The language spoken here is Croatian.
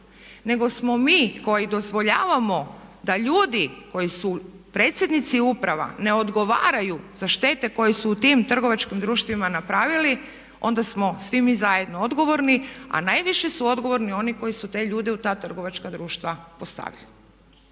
nego smo mi koji dozvoljavamo da ljudi koji su predsjednici uprava ne odgovaraju za štete koje su u tim trgovačkim društvima napravili onda smo svi mi zajedno odgovorni a najviše su odgovorni oni koji su te ljude u ta trgovačka društva postavili.